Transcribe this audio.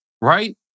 Right